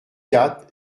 quatre